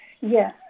yes